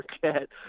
forget